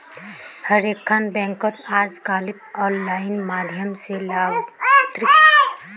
हर एकखन बैंकत अजकालित आनलाइन माध्यम स लाभार्थीक देखाल आर डिलीट कराल जाबा सकेछे